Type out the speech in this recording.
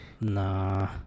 Nah